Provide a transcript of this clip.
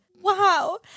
Wow